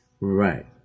Right